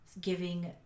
giving